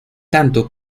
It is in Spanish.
tanto